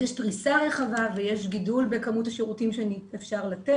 אז יש פריסה רחבה ויש גידול בכמות השירותים שאפשר לתת.